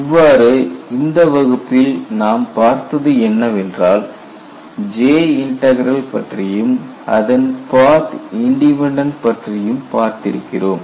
இவ்வாறு இந்த வகுப்பில் நாம் பார்த்தது என்னவென்றால் J இன்டக்ரல் பற்றியும் அதன் பாத் இன்டிபென்டன்ட் பற்றியும் பார்த்திருக்கிறோம்